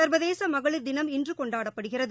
சர்வதேச மகளிர் தினம் இன்று கொண்டாடப்படுகிறது